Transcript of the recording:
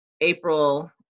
April